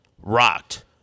Rocked